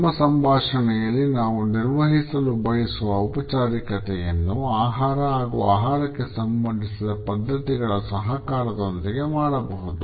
ನಮ್ಮ ಸಂಭಾಷಣೆಯಲ್ಲಿ ನಾವು ನಿರ್ವಹಿಸಲು ಬಯಸುವ ಔಪಚಾರಿಕತೆಯನ್ನು ಆಹಾರ ಹಾಗೂ ಆಹಾರಕ್ಕೆ ಸಂಬಂಧಿಸಿದ ಪದ್ಧತಿಗಳ ಸಹಕಾರದೊಂದಿಗೆ ಮಾಡಬಹುದು